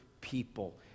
people